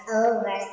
over